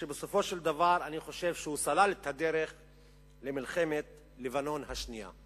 כשבסופו של דבר הוא סלל את הדרך למלחמת לבנון השנייה.